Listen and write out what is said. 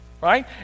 right